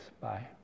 Bye